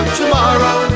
tomorrow